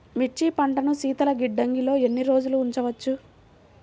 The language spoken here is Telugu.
మిర్చి పంటను శీతల గిడ్డంగిలో ఎన్ని రోజులు ఉంచవచ్చు?